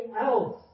else